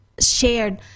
shared